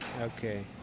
Okay